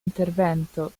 intervento